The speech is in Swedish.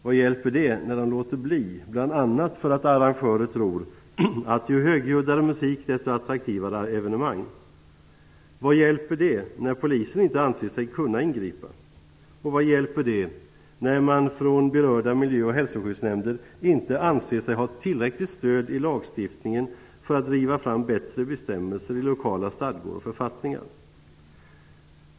Vad hjälper det när de låter bli, bl.a. för att arrangörerna tror att ju högljuddare musiken är desto attraktivare är evenemanget? Vad hjälper det när polisen inte anser sig kunna ingripa? Och vad hjälper det när man från berörda miljö och hälsoskyddsnämnder inte anser sig ha tillräckligt stöd i lagstiftningen för att driva fram bättre bestämmelser i lokala stadgor och författningar?